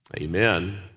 Amen